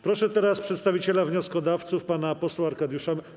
Proszę przedstawiciela wnioskodawców pana posła Arkadiusza.